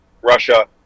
Russia